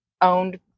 owned